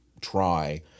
try